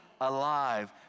alive